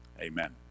amen